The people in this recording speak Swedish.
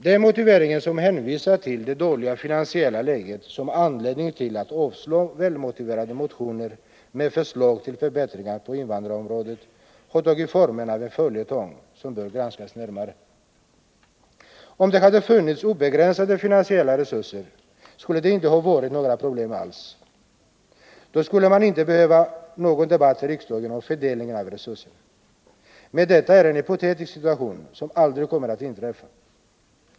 Hänvisningarna till det dåliga finansiella läget som anledning till avslag på välmotiverade motioner med förslag till förbättringar på invandrarområdet har tagit formen av följetong som bör granskas närmare. Om det hade funnits obegränsade finansiella resurser skulle det inte ha varit några problem alls. Då skulle man inte behöva någon debatt i riksdagen om fördelningen av resurserna. Men detta är en hypotetisk situation som aldrig kommer att inträffa.